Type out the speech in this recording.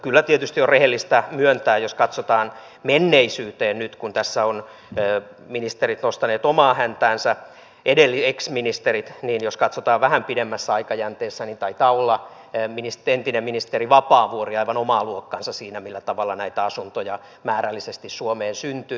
kyllä tietysti on rehellistä myöntää jos katsotaan menneisyyteen nyt kun tässä ovat ex ministerit nostaneet omaa häntäänsä että jos katsotaan vähän pidemmässä aikajänteessä niin taitaa olla entinen ministeri vapaavuori aivan omaa luokkaansa siinä millä tavalla näitä asuntoja määrällisesti suomeen syntyi